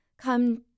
come